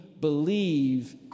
believe